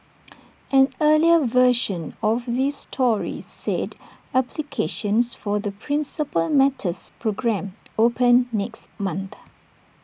an earlier version of this story said applications for the Principal Matters programme open next month